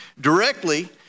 directly